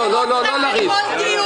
שמעו אתכן בכל דיון.